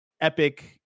Epic